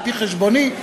על-פי חשבוני,